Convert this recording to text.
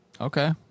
okay